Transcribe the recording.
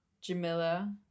Jamila